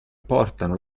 portano